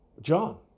John